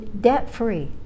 Debt-free